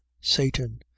satan